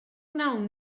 wnawn